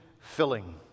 filling